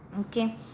Okay